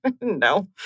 No